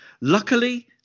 Luckily